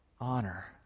honor